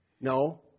No